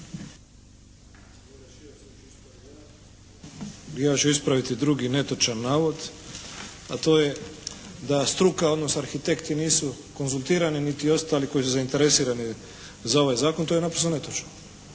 ću ispraviti drugi netočan navod, a to je da struka odnosno arhitekti nisu konzultirani niti ostali koji su zainteresirani za ovaj zakon, to je naprosto netočno,